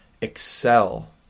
excel